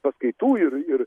paskaitų ir ir